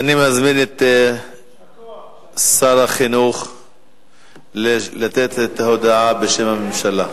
אני מזמין את שר החינוך להציג הודעה בשם הממשלה.